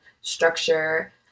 structure